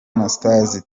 anastase